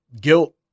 guilt